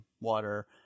water